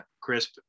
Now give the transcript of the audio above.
crisp